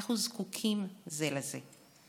אנחנו זקוקים זה לזה.